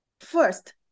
First